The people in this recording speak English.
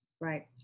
right